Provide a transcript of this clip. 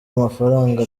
amafaranga